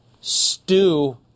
stew